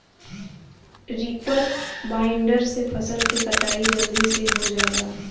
reaper binder से फसल क कटाई जलदी से हो जाला